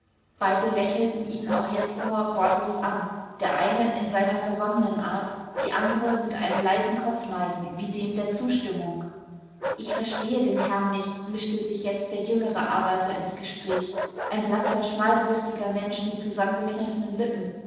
beide lächelten ihn auch jetzt nur wortlos an der eine in seiner versonnenen art die andere mit einem leisen kopfneigen wie dem der zustimmung ich verstehe den herrn nicht mischte sich jetzt der jüngere arbeiter ins gespräch ein blasser schmalbrüstiger mensch mit zusammengekniffenen lippen